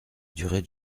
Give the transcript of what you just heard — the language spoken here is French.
durée